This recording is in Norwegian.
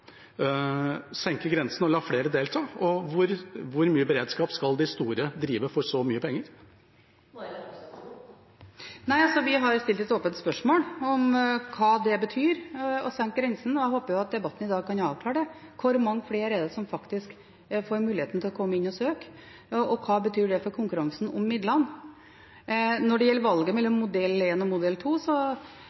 senke grensen og la flere delta? Hvor mye beredskap skal de store drive for så mye penger? Vi har jo stilt et åpent spørsmål om hva det betyr å senke grensen, og jeg håper at debatten i dag kan avklare hvor mange flere det er som faktisk får mulighet til å komme inn og søke, og hva det betyr for konkurransen om midlene. Når det gjelder valget mellom modell 1 og modell